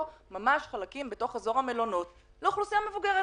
חלקים בתוך אזור המלונות לאוכלוסייה המבוגרת,